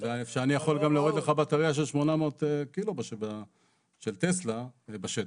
אני יכול גם להוריד לך בטרייה של 800 קילו של טסלה בשטח.